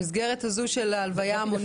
במסגרת הזו של הלוויה המונית?